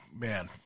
man